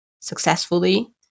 successfully